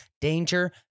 danger